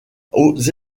aux